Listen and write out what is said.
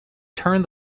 turned